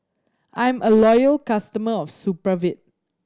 I'm a loyal customer of Supravit